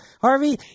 Harvey